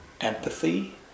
empathy